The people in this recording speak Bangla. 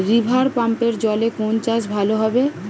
রিভারপাম্পের জলে কোন চাষ ভালো হবে?